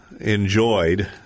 enjoyed